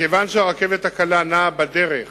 מכיוון שהרכבת הקלה נעה בדרך